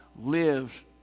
lives